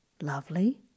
lovely